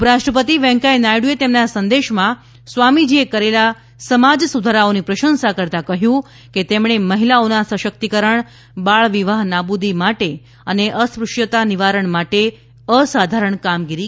ઉપરાષ્ટ્રપતિ વેંકૈયા નાયડુએ તેમના સંદેશમાં સ્વામીજીએ કરેલા સમાજ સુધારાઓની પ્રંશસા કરતા કહ્યું હતું કે તેમણે મહિલાઓના સશક્તિકરણ બાળ વિવાહ નાબૂદી માટે અને અસ્પૃશ્યતા નિવારણ માટે અસાધારણ કામગીરી કરી હતી